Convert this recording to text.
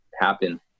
happen